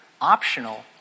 optional